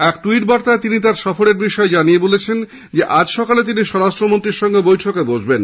এক ট্যুইট বার্তায় তিনি তাঁর সফরের বিষয়ে জানিয়ে বলেছেন আজ সকালে তিনি স্বরাষ্টমন্ত্রীর সঙ্গে বৈঠক করবেন